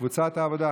קבוצת סיעת העבודה,